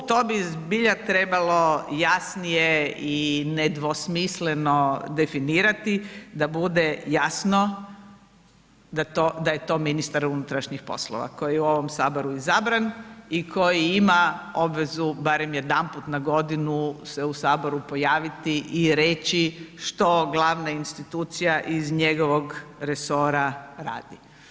Tu, to bi zbilja trebalo jasnije i nedvosmisleno definirati da bude jasno da je to ministar unutrašnjih poslova koji je u ovom Saboru izabran i koji ima obvezu barem jedanput na godinu se u Saboru pojaviti i reći što glavna institucija iz njegovog resora radi.